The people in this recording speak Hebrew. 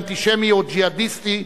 אנטישמי או ג'יהאדיסטי,